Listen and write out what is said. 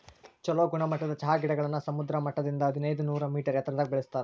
ಚೊಲೋ ಗುಣಮಟ್ಟದ ಚಹಾ ಗಿಡಗಳನ್ನ ಸಮುದ್ರ ಮಟ್ಟದಿಂದ ಹದಿನೈದನೂರ ಮೇಟರ್ ಎತ್ತರದಾಗ ಬೆಳೆಸ್ತಾರ